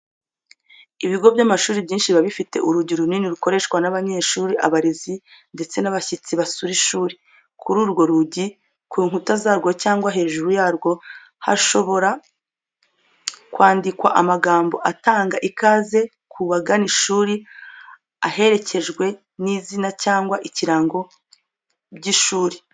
Ibigo by'amashuri byinshi biba bifite urugi runini rukoreshwa n'abanyeshuri, abarezi ndetse n'abashyitsi basura ishuri. Kuri urwo rugi, ku nkuta zarwo cyangwa hejuru yarwo, hashobora kwandikwa amagambo atanga ikaze ku bagana ishuri aherekejwe n'izina cyangwa ikirango by'ishuri.